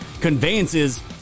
conveyances